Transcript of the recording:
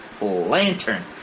lantern